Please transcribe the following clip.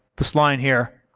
this line here,